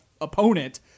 opponent